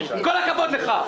עם כל הכבוד לך.